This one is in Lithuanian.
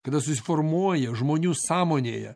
kada susiformuoja žmonių sąmonėje